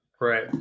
Right